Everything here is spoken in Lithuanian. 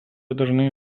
dažnai